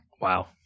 Wow